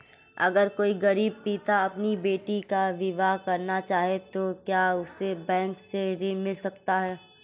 अगर कोई गरीब पिता अपनी बेटी का विवाह करना चाहे तो क्या उसे बैंक से ऋण मिल सकता है?